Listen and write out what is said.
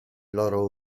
loro